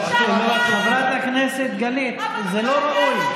חברת הכנסת גלית, זה לא ראוי.